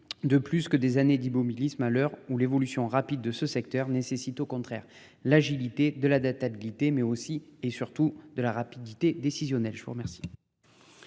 de plus que des années d'Ibos, milices malheur ou l'évolution rapide de ce secteur nécessite au contraire l'agilité de l'adaptabilité, mais aussi et surtout de la rapidité décisionnelle. Je vous remercie.